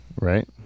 Right